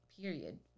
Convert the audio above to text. period